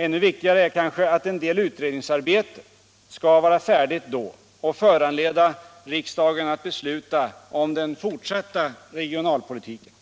Ännu viktigare är kanske att en del utredningsarbete skall vara färdigt då och föranleda riksdagen att besluta om den fortsatta regionalpolitiken.